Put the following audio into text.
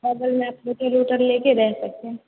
बगल में लेकर रह सकते हैं